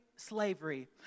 slavery